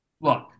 look